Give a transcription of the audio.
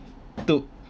took